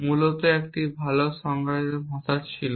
মূলত একটি ভাল সংজ্ঞায়িত ভাষা ছিল